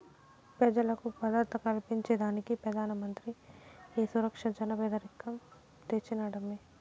పెజలకు భద్రత కల్పించేదానికే పెదానమంత్రి ఈ సురక్ష జన పెదకం తెచ్చినాడమ్మీ